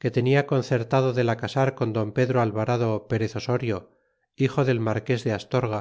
que tenia concertado del casar con don alvarado perez osorio hijo dei marques de astorga